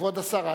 כבוד השר,